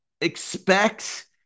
Expect